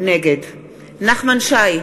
נגד נחמן שי,